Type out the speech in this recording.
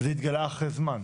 זה התגלה אחרי זמן.